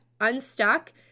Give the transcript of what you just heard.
unstuck